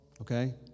Okay